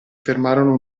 fermarono